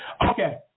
Okay